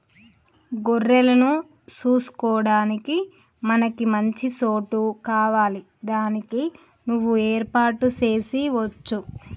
గొర్రెలను సూసుకొడానికి మనకి మంచి సోటు కావాలి దానికి నువ్వు ఏర్పాటు సేసి వుంచు